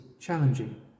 challenging